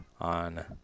on